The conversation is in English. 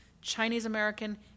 Chinese-American